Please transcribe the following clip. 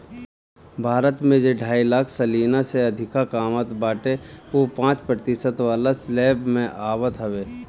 भारत में जे ढाई लाख सलीना से अधिका कामत बाटे उ पांच प्रतिशत वाला स्लेब में आवत हवे